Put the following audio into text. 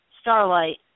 Starlight